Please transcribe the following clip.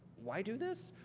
why do this?